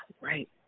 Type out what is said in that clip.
right